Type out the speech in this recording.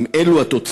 אם אלו התוצאות,